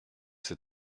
ces